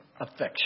affection